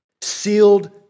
sealed